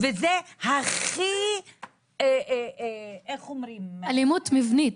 וזה הכי --- אלימות מבנית.